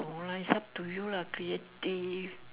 no lah it's up to you lah creative